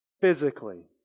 Physically